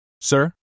Sir